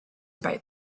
about